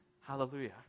Hallelujah